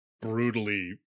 brutally